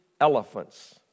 elephants